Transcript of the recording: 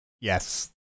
Yes